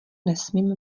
nesmím